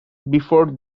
before